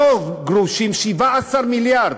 לא גרושים, 17 מיליארד,